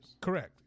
Correct